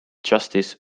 justice